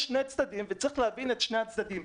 יש שני צדדים וצריך להבין את שני הצדדים.